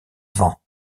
vans